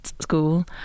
school